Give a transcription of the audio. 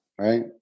right